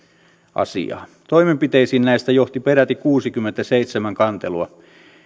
asiaa toimenpiteisiin näistä johti peräti kuusikymmentäseitsemän kantelua